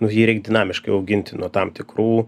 nu jį reik dinamiškai auginti nuo tam tikrų